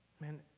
Man